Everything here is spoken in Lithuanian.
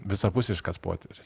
visapusiškas potyris